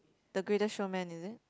the Greatest-Showman is it